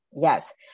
yes